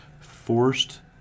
forced